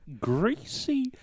greasy